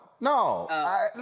no